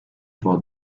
for